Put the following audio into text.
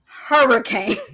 hurricane